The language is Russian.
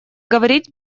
говорить